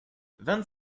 vingt